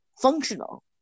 functional